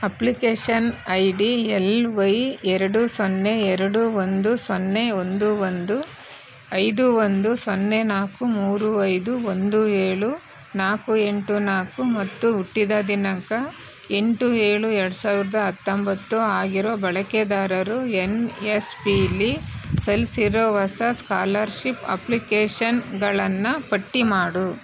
application ID L Y ಎರಡು ಸೊನ್ನೆ ಎರಡು ಒಂದು ಸೊನ್ನೆ ಒಂದು ಒಂದು ಐದು ಒಂದು ಸೊನ್ನೆ ನಾಲ್ಕು ಮೂರು ಐದು ಒಂದು ಏಳು ನಾಲ್ಕು ಎಂಟು ನಾಲ್ಕು ಮತ್ತು ಹುಟ್ಟಿದ ದಿನಾಂಕ ಎಂಟು ಏಳು ಎರಡು ಸಾವಿರದ ಹತ್ತೊಂಬತ್ತು ಆಗಿರೋ ಬಳಕೆದಾರರು ಎನ್ ಎಸ್ ಪಿಲಿ ಸಲ್ಲಿಸಿರೊ ಹೊಸ ಸ್ಕಾಲಶಿಪ್ ಅಪ್ಲಿಕೇಶನ್ಗಳನ್ನ ಪಟ್ಟಿ ಮಾಡು